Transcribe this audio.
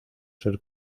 ser